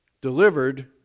delivered